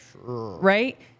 Right